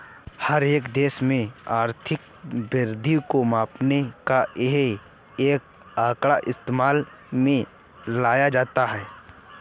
हर एक देश में आर्थिक वृद्धि को मापने का यही एक आंकड़ा इस्तेमाल में लाया जाता है